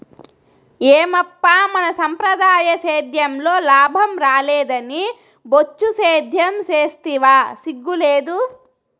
ఏమప్పా మన సంప్రదాయ సేద్యంలో లాభం రాలేదని బొచ్చు సేద్యం సేస్తివా సిగ్గు లేదూ